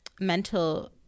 mental